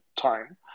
time